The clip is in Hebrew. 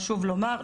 חשוב לומר,